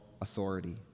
authority